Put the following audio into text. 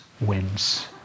wins